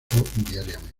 diariamente